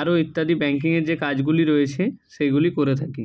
আরো ইত্যাদি ব্যাংকিংয়ের যে কাজগুলি রয়েছে সেইগুলি করে থাকি